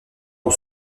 ont